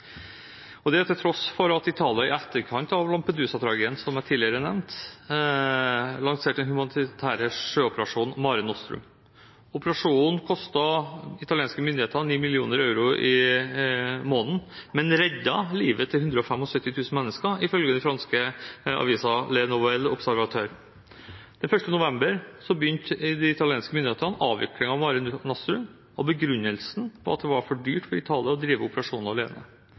til tross for at Italia i etterkant av Lampedusa-tragedien, som jeg tidligere nevnte, lanserte den humanitære sjøoperasjonen Mare Nostrum. Operasjonen kostet italienske myndigheter 9 millioner euro i måneden, men reddet livet til 175 000 mennesker, ifølge den franske avisen Le Novel Observateur. Den 1. november begynte de italienske myndighetene avviklingen av Mare Nostrum, og begrunnelsen var at det var for dyrt for Italia å drive operasjonen alene.